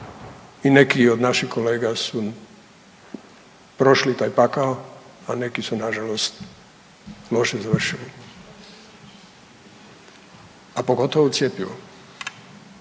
i neki od naših kolega su prošli taj pakao, a neki su nažalost loše završili, a pogotovo cjepivo.